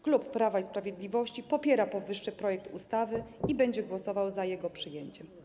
Klub Prawa i Sprawiedliwości popiera powyższy projekt ustawy i będzie głosował za jego przyjęciem.